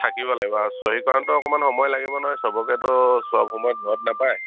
থাকিব লাগিব আৰু চহীকৰাতেও অকণমান সময় লাগিব নহয় চবকেতো চব সময়ত ঘৰত নাপায়